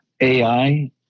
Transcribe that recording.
AI